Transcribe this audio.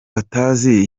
atazi